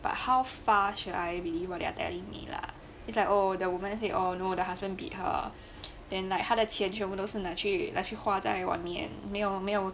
but how far should I believe what they are telling me lah its like oh the woman say oh no the husband beat her then like 他的钱全部都是拿去拿去花在外面没有没有